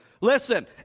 Listen